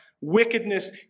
wickedness